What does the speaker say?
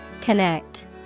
Connect